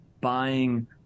buying